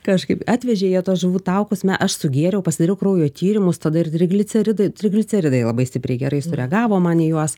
kažkaip atvežė jie tuos žuvų taukus na aš sugėriau pasidariau kraujo tyrimus tada ir trigliceridai trigliceridai labai stipriai gerai sureagavo man į juos